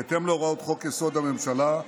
בהתאם להוראות חוק-יסוד: הממשלה,